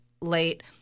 late